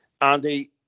Andy